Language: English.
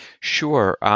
Sure